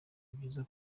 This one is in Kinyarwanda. byiza